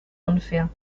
unfair